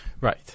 Right